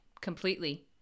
Completely